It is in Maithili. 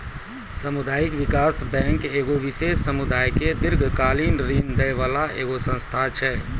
समुदायिक विकास बैंक एगो विशेष समुदाय के दीर्घकालिन ऋण दै बाला एगो संस्था छै